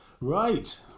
right